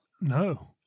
No